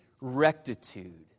rectitude